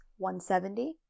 170